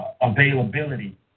availability